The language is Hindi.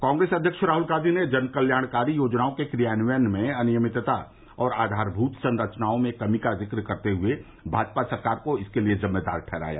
कांग्रेस अध्यक्ष राहुल गांधी ने जनकल्याणकारी योजनाओं के क्रियान्वयन में अनियमितता और आधारभूत संरचनाओं में कमी का जिक्र करते हुए भाजपा सरकार को इसके लिये जिम्मेदार ठहराया